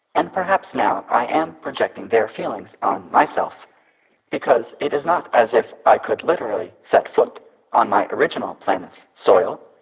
and perhaps now i am projecting their feelings on myself because it is not as if i could literally set foot on my original planet's soil,